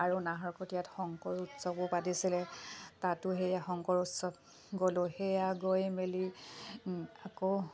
আৰু নাহৰকটীয়াত শংকৰ উৎসৱো পাতিছিলে তাতো সেয়া শংকৰ উৎসৱ গ'লোঁ সেয়া গৈ মেলি আকৌ